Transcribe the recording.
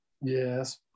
yes